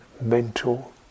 mental